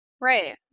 Right